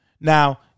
Now